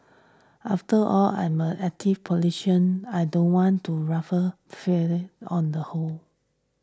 after all I'm a active I don't want to ruffle feather on the whole